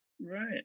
Right